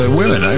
women